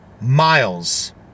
miles